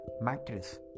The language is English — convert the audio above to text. mattress